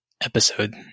episode